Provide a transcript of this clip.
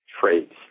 traits